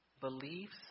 beliefs